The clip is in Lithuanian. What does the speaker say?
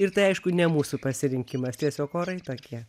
ir tai aišku ne mūsų pasirinkimas tiesiog orai tokie